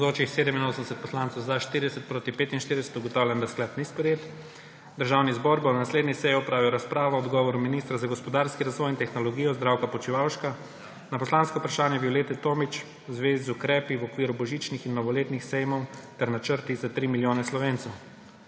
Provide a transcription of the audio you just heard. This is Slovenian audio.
45. (Za je glasovalo 40.) (Proti 45.) Ugotavljam, da sklep ni sprejet. Državni zbor bo na naslednji seji opravil razpravo o odgovoru ministra za gospodarski razvoj in tehnologijo Zdravka Počivalška na poslansko vprašanje Violete Tomić v zvezi z ukrepi v okviru božičnih in novoletnih sejmov ter načrti za 3 milijone Slovencev.